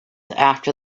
after